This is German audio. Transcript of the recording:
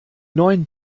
neuen